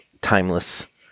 Timeless